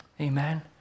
Amen